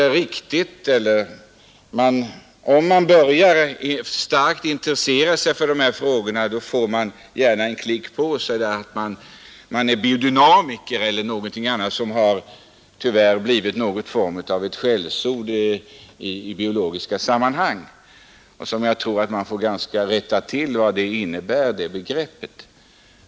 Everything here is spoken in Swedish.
Om man börjar starkt intressera sig för dessa frågor, får man gärna en klick på sig att man är biodynamiker, vilket tyvärr har blivit någonting av ett skällsord i biologiska sammanhang. Jag tror att man får lov att klargöra vad detta begrepp innebär.